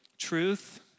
truth